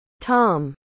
Tom